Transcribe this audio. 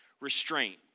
restraint